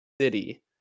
City